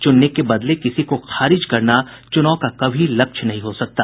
चुनने के बदले किसी को खारिज करना चुनाव का कभी लक्ष्य नहीं हो सकता